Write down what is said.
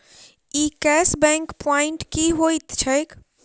ई cash back point की होइत छैक?